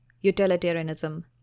utilitarianism